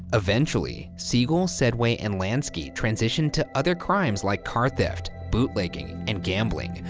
eventually, siegel, sedway, and lansky transitioned to other crimes like car theft, bootlegging, and gambling,